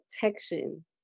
protection